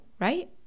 right